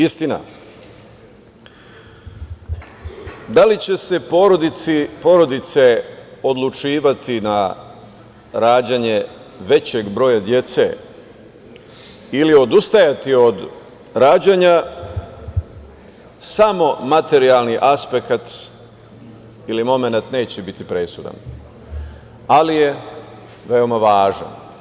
Istina, da li će se porodice odlučivati na rađanje većeg broja dece ili odustajati od rađanja, samo materijalni aspekat ili momenat neće biti presudan, ali je veoma važan.